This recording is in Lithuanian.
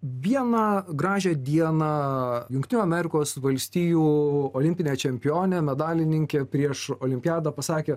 vieną gražią dieną jungtinių amerikos valstijų olimpinę čempionę medalininkę prieš olimpiadą pasakė